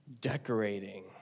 decorating